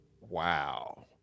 wow